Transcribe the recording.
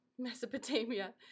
Mesopotamia